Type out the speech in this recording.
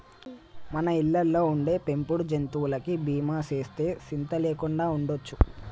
మన ఇళ్ళలో ఉండే పెంపుడు జంతువులకి బీమా సేస్తే సింత లేకుండా ఉండొచ్చు